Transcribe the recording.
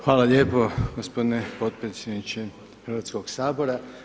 Hvala lijepo gospodine potpredsjedniče Hrvatskoga sabora.